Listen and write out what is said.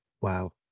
wow